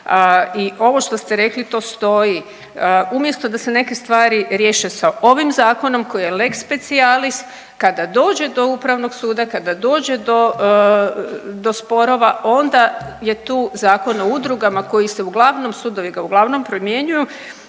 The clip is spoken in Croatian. i ovo što ste rekli to stoji. Umjesto da se neke stvari riješe sa ovim zakonom koji je lex specialis kada dođe do Upravnog suda, kada dođe do sporova onda je tu Zakon o udrugama koji se uglavnom sudovi ga uglavnom promjenjuju.